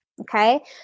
Okay